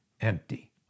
Empty